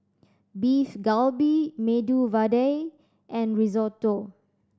Beef Galbi Medu Vada and Risotto